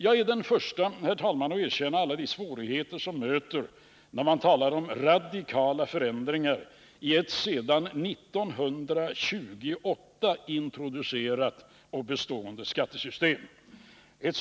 Jag är den förste att erkänna alla de svårigheter som möter när man talar om radikala förändringar i ett sedan 1928 introducerat och bestående skattesystem.